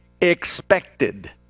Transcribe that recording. expected